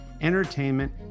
entertainment